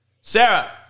Sarah